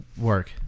work